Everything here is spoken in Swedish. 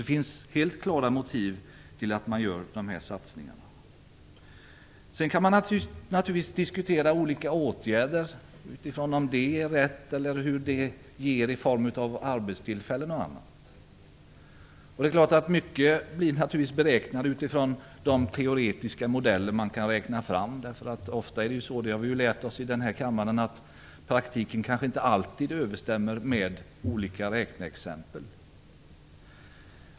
Det finns alltså helt klara motiv till att man gör dessa satsningar. Sedan kan man naturligtvis diskutera olika åtgärder utifrån om de är de rätta och vad de ger i form av arbetstillfällen och annat. Mycket blir naturligtvis beräknat utifrån de teoretiska modeller man kan räkna fram. Ofta är det ju så, det har vi ju lärt oss i den här kammaren, att praktiken kanske inte alltid överensstämmer med olika räkneexempel.